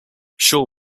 shaw